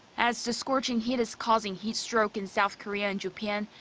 as the scorching heat is causing heatstroke in south korea and japan,